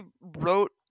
wrote